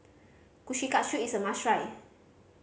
kushikatsu is a must try